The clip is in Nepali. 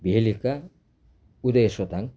भेलीका उदय सोताङ